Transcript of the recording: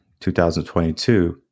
2022